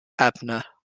abner